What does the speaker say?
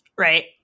Right